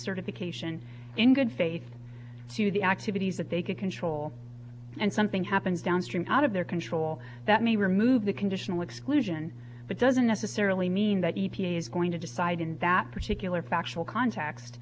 certification in good faith to the activities that they could control and something happens downstream out of their control that may remove the conditional exclusion but doesn't necessarily mean that e t a is going to decide in that particular factual cont